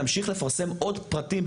להמשיך לפרסם עוד פרטים,